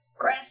Chris